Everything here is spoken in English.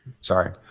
Sorry